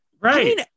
Right